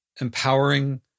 empowering